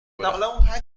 بودم